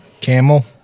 Camel